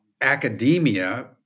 academia